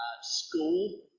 school